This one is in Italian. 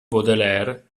baudelaire